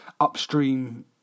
upstream